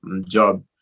job